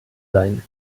sein